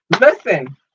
Listen